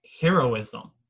heroism